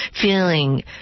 feeling